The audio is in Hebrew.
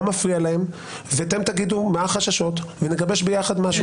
מה מפריע להם ואתם תגידו מה החששות ונגבש ביחד משהו.